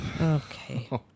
Okay